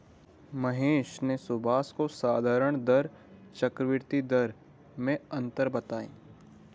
महेश ने सुभाष को साधारण दर चक्रवर्ती दर में अंतर बताएं